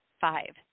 Five